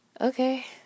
okay